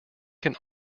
can